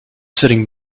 sitting